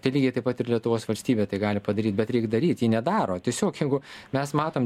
tai lygiai taip pat ir lietuvos valstybė tai gali padaryt bet reikt daryt ji nedaro tiesiog jeigu mes matom